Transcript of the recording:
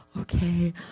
okay